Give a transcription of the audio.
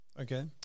Okay